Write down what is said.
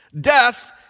death